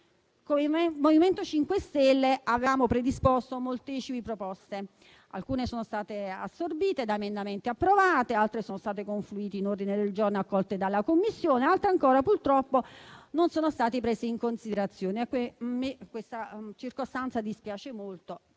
Come MoVimento 5 Stelle avevamo predisposto molteplici proposte: alcune sono state assorbite da emendamenti approvati; altre sono confluite in ordini del giorno accolti dalla Commissione; altre ancora, purtroppo, non sono state prese in considerazione e questa circostanza dispiace molto.